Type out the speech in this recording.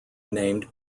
named